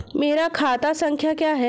मेरा खाता संख्या क्या है?